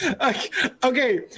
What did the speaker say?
Okay